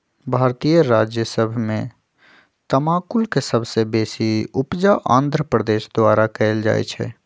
भारतीय राज्य सभ में तमाकुल के सबसे बेशी उपजा आंध्र प्रदेश द्वारा कएल जाइ छइ